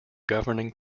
governing